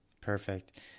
Perfect